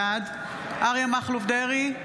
בעד אריה מכלוף דרעי,